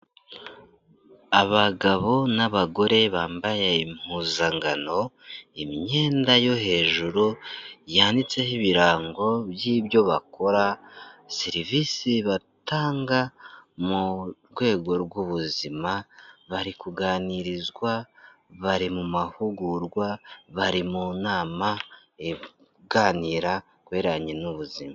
Abagabo n'abagore bambaye impuzankano, imyenda yo hejuru yanditseho ibirango by'ibyo bakora, serivisi batanga mu rwego rw'ubuzima, bari kuganirizwa, bari mu mahugurwa, bari mu nama, iganira ku ibirebanye n'ubuzima.